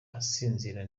asinzira